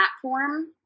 platform